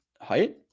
height